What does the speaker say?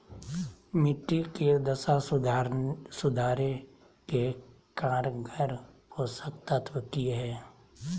मिट्टी के दशा सुधारे के कारगर पोषक तत्व की है?